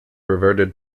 reverted